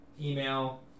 email